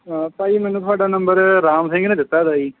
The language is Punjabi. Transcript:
ਭਾਅ ਜੀ ਮੈਨੂੰ ਤੁਹਾਡਾ ਨੰਬਰ ਰਾਮ ਸਿੰਘ ਨੇ ਦਿੱਤਾ ਤਾ ਜੀ